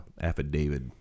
affidavit